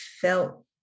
felt